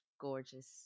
gorgeous